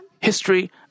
history